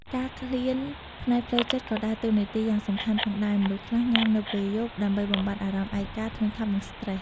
ការឃ្លានផ្នែកផ្លូវចិត្តក៏ដើរតួនាទីយ៉ាងសំខាន់ផងដែរ មនុស្សខ្លះញ៉ាំនៅពេលយប់ ដើម្បីបំបាត់អារម្មណ៍ឯកា ធុញថប់ ឬស្ត្រេស។